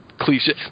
cliche